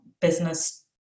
business